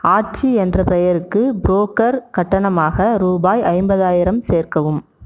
ஆச்சி என்ற பெயருக்கு புரோக்கர் கட்டணமாக ரூபாய் ஐம்பதாயிரம் சேர்க்கவும்